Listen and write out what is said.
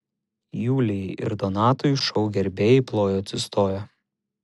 julijai ir donatui šou gerbėjai plojo atsistoję